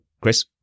Chris